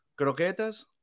croquetas